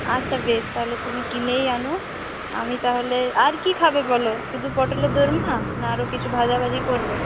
আচ্ছা বেশ তা হলে তুমি কিনেই আনো আমি তা হলে আর কী খাবে বল শুধু পটলের দোরমা না আরও কিছু ভাজাভাজি করব